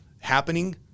happening